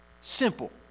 Simple